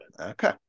okay